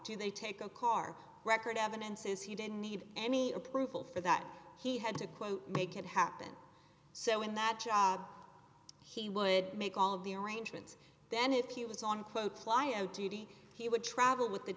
do they take a car record evidence is he didn't need any approval for that he had to quote make it happen so in that job he would make all of the arrangements then if you was on quote fly o t b he would travel with the